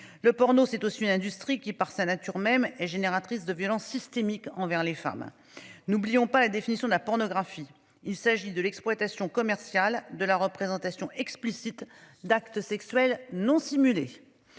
le porno c'est aussi une industrie qui, par sa nature même est génératrice de violence systémique envers les femmes. N'oublions pas la définition de la pornographie. Il s'agit de l'exploitation commerciale de la représentation explicite d'actes sexuels non simulés.